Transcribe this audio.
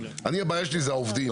הבעיה שלי היא העובדים.